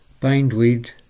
Bindweed